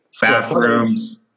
bathrooms